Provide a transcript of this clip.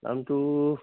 দামটো